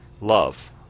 love